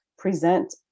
present